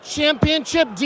Championship